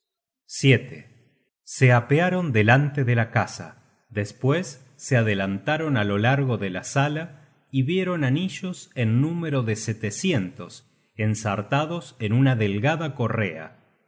escudos se apearon delante de la casa despues se adelantaron á lo largo de la sala y vieron anillos en número de setecientos ensartados en una delgada correa y